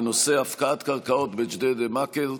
בנושא הפקעת קרקעות בג'דיידה-מכר.